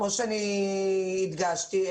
כמו שהדגשתי,